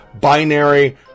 binary